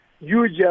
huge